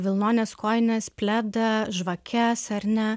vilnones kojines pledą žvakes ar ne